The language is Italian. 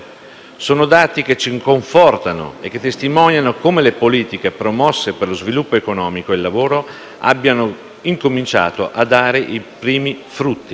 Sono dati che ci confortano e che testimoniano come le politiche promosse per lo sviluppo economico e il lavoro abbiano cominciato a dare i primi frutti.